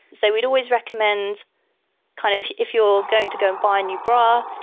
so we'd always recommend kind of if you're going to go buy a new bra,